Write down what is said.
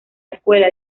escuela